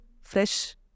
fresh